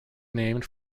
named